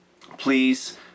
Please